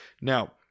Now